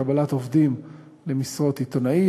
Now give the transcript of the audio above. קבלת עובדים למשרות עיתונאי,